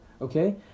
okay